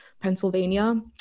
Pennsylvania